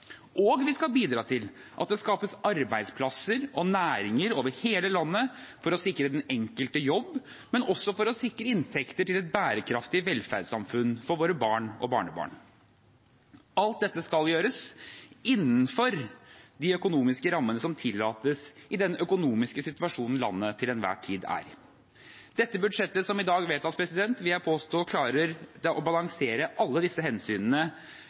og vi skal bidra til at det skapes arbeidsplasser og næringer over hele landet for å sikre den enkelte jobb, men også for å sikre inntekter til et bærekraftig velferdssamfunn for våre barn og barnebarn. Alt dette skal gjøres innenfor de økonomiske rammene som tillates i den økonomiske situasjonen landet til enhver tid er i. Dette budsjettet som i dag vedtas, vil jeg påstå klarer å balansere alle disse hensynene